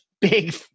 big